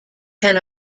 can